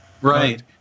Right